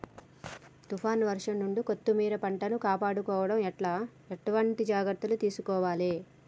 తుఫాన్ వర్షం నుండి కొత్తిమీర పంటను కాపాడుకోవడం ఎట్ల ఎటువంటి జాగ్రత్తలు తీసుకోవాలే?